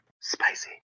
Spicy